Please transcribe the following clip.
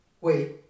Wait